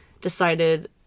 decided